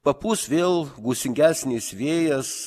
papūs vėl gūsingesnis vėjas